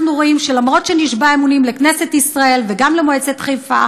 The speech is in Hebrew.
אנחנו רואים שאף שנשבע אמונים לכנסת ישראל וגם למועצת חיפה,